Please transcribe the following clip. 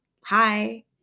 hi